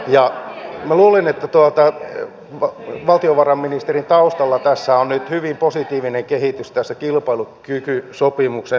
minä luulen että valtiovarainministerin taustalla on nyt hyvin positiivinen kehitys tässä kilpailukykysopimuksen saavuttamisessa